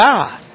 God